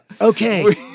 Okay